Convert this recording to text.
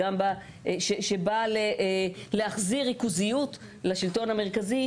שבא להחזיר ריכוזיות לשלטון המרכזי,